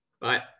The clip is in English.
Bye